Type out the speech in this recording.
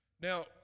now